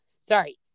sorry